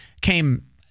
came